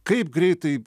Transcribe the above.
kaip greitai